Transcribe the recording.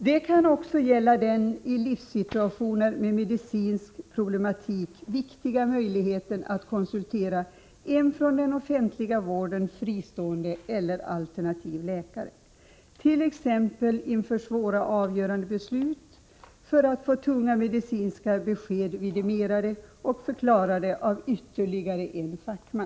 Det kan också gälla den i levnadssituationer med medicinsk problematik viktiga möjligheten att konsultera en från den offentliga sjukvården fristående eller alternativ läkare, t.ex. inför svåra avgörande beslut eller för att få tunga medicinska besked vidimerade och förklarade av ytterligare en fackman.